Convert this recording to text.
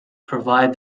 provide